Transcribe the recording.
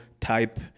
type